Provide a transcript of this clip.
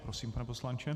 Prosím, pane poslanče.